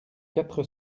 quatre